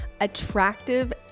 attractive